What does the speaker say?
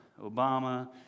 Obama